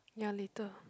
ya later